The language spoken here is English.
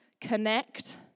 connect